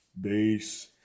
bass